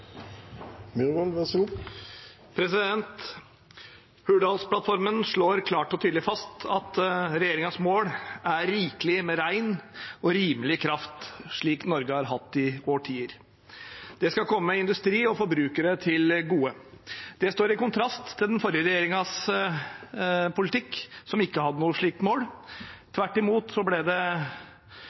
Hurdalsplattformen slår klart og tydelig fast at regjeringens mål er rikelig med ren og rimelig kraft, slik Norge har hatt i årtier. Det skal komme industri og forbrukere til gode. Det står i kontrast til politikken til den forrige regjeringen, som ikke hadde noe slikt mål. Tvert imot ble det